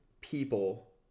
people